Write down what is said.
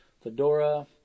fedora